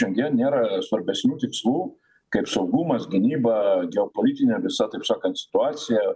šiandien nėra svarbesnių tikslų kaip saugumas gynyba geopolitinė visa taip sakant situacija